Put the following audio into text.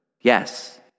Yes